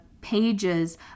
pages